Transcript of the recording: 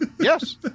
Yes